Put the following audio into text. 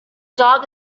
dog